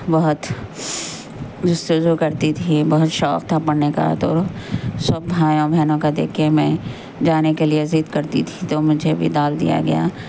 بہت جستجو کرتی تھی بہت شوق تھا پڑھنے کا تو سب بھائیوں بہنوں کا دیکھ کے میں جانے کے لیے ضد کرتی تھی تو مجھے بھی ڈال دیا گیا